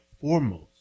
foremost